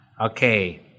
okay